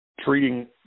treating